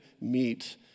meet